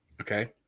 Okay